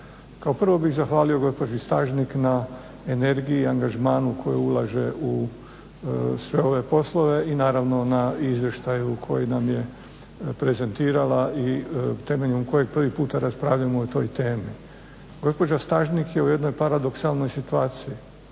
Kao prvo bih zahvalio gospođi Stažnik na energiji i angažmanu koji ulaže u sve ove poslove i naravno na izvještaju koji nam je prezentirala i temeljem kojeg prvi puta raspravljamo o toj temi. Gospođa Stažnik je jednoj paradoksalnoj situaciji,